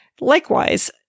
Likewise